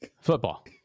Football